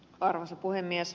arvoisa puhemies